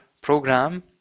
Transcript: program